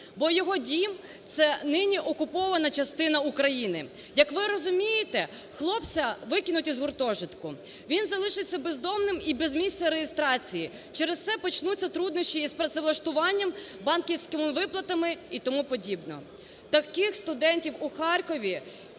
бо його дім – це нині окупована частина України. Як ви розумієте, хлопця викинуть із гуртожитку, він залишиться бездомним і без місця реєстрації, через це почнуться труднощі із працевлаштуванням, банківськими виплатами і тому подібне. Таких студентів у Харкові